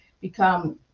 become